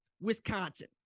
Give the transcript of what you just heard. Wisconsin